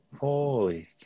Holy